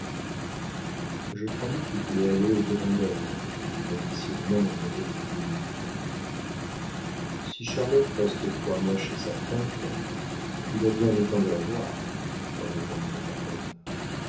je croyais qu'il voulait aller au-devant d'elle dit malicieusement mademoiselle du guénic si charlotte reste trois mois chez sa tante il a bien le temps de la voir répondit la